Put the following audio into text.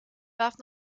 warf